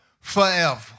forever